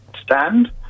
stand